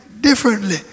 differently